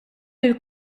lill